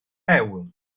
hewl